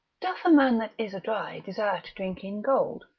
doth a man that is adry desire to drink in gold?